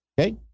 Okay